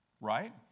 Right